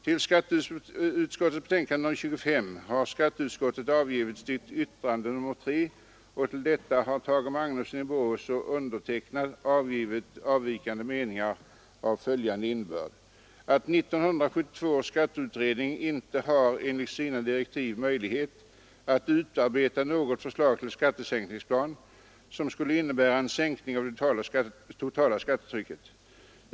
Till finansutskottets betänkande nr 25 har skatteutskottet avgivit sitt yttrande nr 3, och i samband med detta har Tage Magnusson i Borås och jag anmält avvikande mening av följande innebörd: 1972 års skatteutredning har enligt sina direktiv inte möjlighet att utarbeta något förslag till en skattesänkningsplan, som skulle innebära en sänkning av det totala skattetrycket.